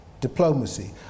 diplomacy